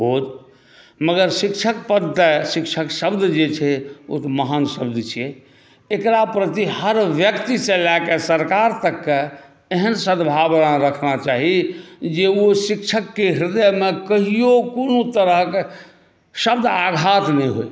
ओ मगर शिक्षक पर तऽ शिक्षक शब्द जे छै ओ तऽ महान शब्द छियै एक़रा प्रति हर व्यक्तिसॅं लए कऽ सरकार तक एहन सद्भाव रखना चाही की जे ओ शिक्षकक हृदयमे कहियो कोनो तरहक शब्द आघात नहि होइ